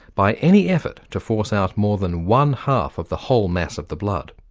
by any effort, to force out more than one-half of the whole mass of the blood.